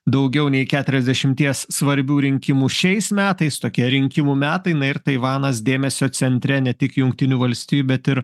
daugiau nei keturiasdešimties svarbių rinkimų šiais metais tokie rinkimų metai na ir taivanas dėmesio centre ne tik jungtinių valstijų bet ir